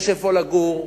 יש איפה לגור,